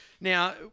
Now